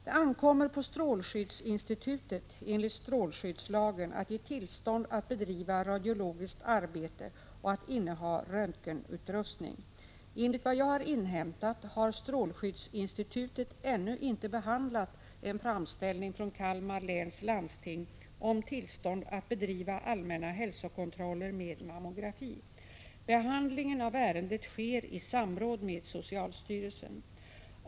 Det ankommer på strålskyddsinstitutet enligt strålskyddslagen att ge tillstånd att bedriva radiologiskt arbete och att inneha röntgenutrustning. Enligt vad jag har inhämtat har strålskyddsinstitutet ännu inte behandlat en framställning från Kalmar läns landsting om tillstånd att bedriva allmänna hälsokontroller med mammografi. Behandlingen av ärendet sker i samråd med socialstyrelsen.